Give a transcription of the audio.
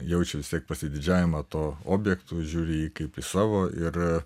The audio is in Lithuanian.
jaučia vis tiek pasididžiavimą tuo objektu žiūri į jį kaip į savo ir